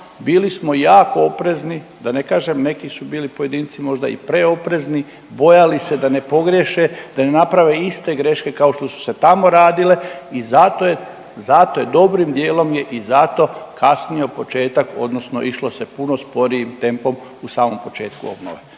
bili smo jako oprezni, da ne kažem neki su bili pojedinci možda i pre oprezni, bojali se da ne pogriješe, da ne naprave iste greške kao što su se tamo radile i zato je dobrim dijelom je i zato kasnio početak odnosno išlo se puno sporijim tempom u samom početku obnove.